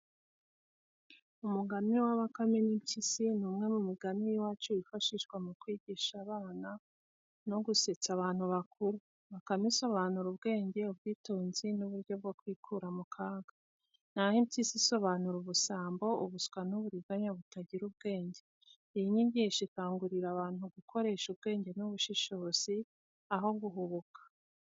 Umugani wa Bakame n’Impyisi ni umwe mu migani y’iwacu wifashishwa mu kwigisha abana no gusetsa abantu bakuru. Bakame isobanura ubwenge, ubwitonzi n’uburyo bwo kwikura mu kaga, naho Impyisi isobanura ubusambo, ubuswa n’uburiganya butagira ubwenge. Iyi nyigisho ikangurira gukoresha ubwenge n’ubushishozi aho guhubuka.